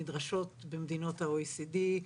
נדרשות במדינות ה-OECD.